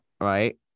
right